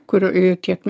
kurių ir tiek